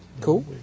Cool